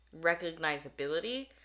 recognizability